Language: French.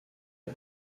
est